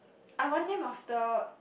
I want them after